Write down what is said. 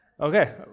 Okay